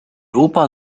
opa